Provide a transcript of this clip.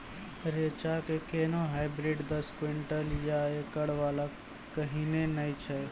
रेचा के कोनो हाइब्रिड दस क्विंटल या एकरऽ वाला कहिने नैय छै?